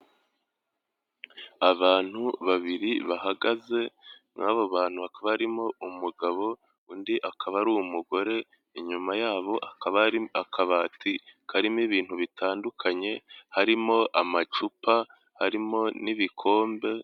Abantu babiri bahagaze, muri abo bantu hakaba harimo umugabo, undi akaba ari umugore, inyuma yabo hakaba hari akabati karimo ibintu bitandukanye, harimo amacupa, harimo n'ibikombe.